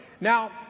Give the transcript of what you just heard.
Now